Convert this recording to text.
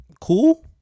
cool